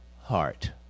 heart